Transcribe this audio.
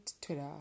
Twitter